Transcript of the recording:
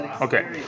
okay